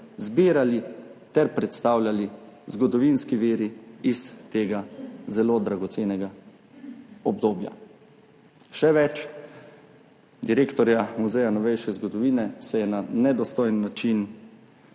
zbirali ter predstavljali zgodovinski viri iz tega zelo dragocenega obdobja. Še več. direktorja Muzeja novejše zgodovine se je na nedostojen način